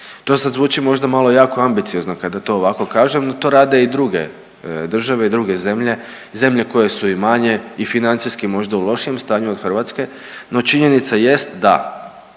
To sad zvuči možda malo jako ambiciozno kada to ovako kažem da to rade i druge države i druge zemlje, zemlje koje su i manje i financijski možda u lošijem stanju od Hrvatske, no činjenica jest da